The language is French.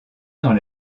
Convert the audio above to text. dans